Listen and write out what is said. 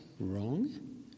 wrong